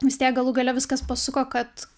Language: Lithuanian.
vis tiek galų gale viskas pasuko kad